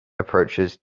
approaches